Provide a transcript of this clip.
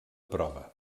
prova